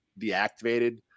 deactivated